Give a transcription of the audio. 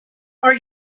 are